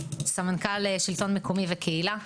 סמנכ"ל שלטון מקומי וקהילה,